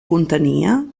contenia